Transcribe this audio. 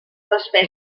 despesa